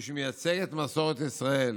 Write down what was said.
מי שמייצג את מסורת ישראל,